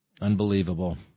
Unbelievable